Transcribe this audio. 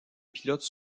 pilote